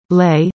lay